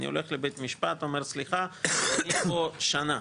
אני הולך לבית משפט, אומר סליחה, אני פה שנה,